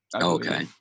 Okay